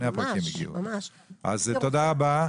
תודה רבה.